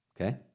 Okay